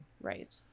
Right